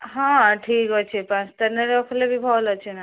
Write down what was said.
ହଁ ଠିକ୍ ଅଛି ପାଞ୍ଚ ତାରିଖ୍ନେ ରଖିଲେ ବି ଭଲ୍ ଅଛି ନା